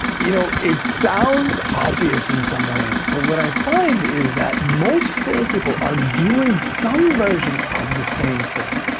you know it sounds obvious in some ways, but what i find is that most sales people are doing some version of the same thing.